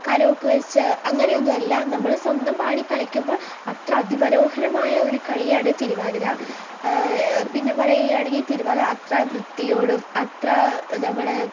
karaoke വച്ച് അങ്ങനെയൊന്നുമല്ല നമ്മൾ സ്വന്തം പാടി കളിക്കുമ്പോൾ അത്ര അതിമനോഹരമായ ഒരു കളിയാണ് തിരുവാതിര പിന്നെ പറയുകയാണെങ്കിൽ തിരുവാതിര അത്ര വൃത്തികേടും അത്ര നമ്മൾ